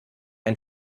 ein